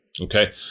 Okay